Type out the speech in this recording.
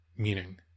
meaning